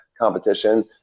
competition